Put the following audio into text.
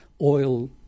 oil